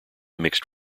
mixed